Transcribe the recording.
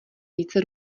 více